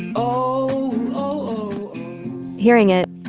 oh, oh hearing it,